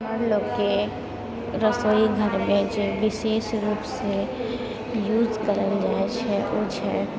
हमर लोकके रसोइघरमे जे विशेष रूपसँ यूज करल जाइ छै ओ छै